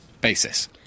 basis